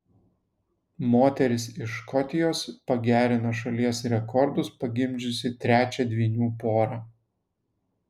moteris iš škotijos pagerino šalies rekordus pagimdžiusi trečią dvynių porą